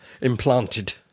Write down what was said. implanted